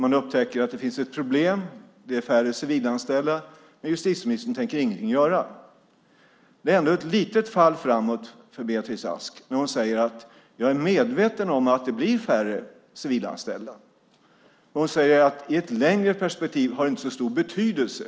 Man upptäcker att det finns ett problem - det är färre civilanställda - men justitieministern tänker ingenting göra. Det är ändå ett litet fall framåt för Beatrice Ask när hon säger att hon är medveten om att det blir färre civilanställda. Hon säger att det i ett längre perspektiv inte har så stor betydelse.